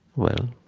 well,